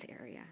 area